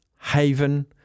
Haven